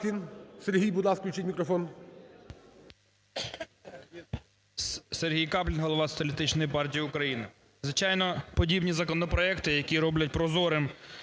Сергій Каплін голова Соціалістичної партії України. Звичайно, подібні законопроекти, які роблять прозорим